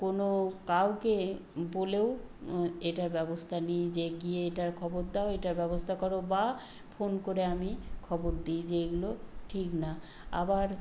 কোনও কাউকে বলেও এটার ব্যবস্থা নিই যে গিয়ে এটার খবর দাও এটার ব্যবস্থা করো বা ফোন করে আমি খবর দিই যে এগুলো ঠিক না আবার